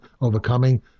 overcoming